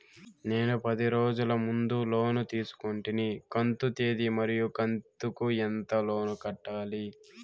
నేను పది రోజుల ముందు లోను తీసుకొంటిని కంతు తేది మరియు కంతు కు ఎంత లోను కట్టాలి?